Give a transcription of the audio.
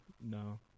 No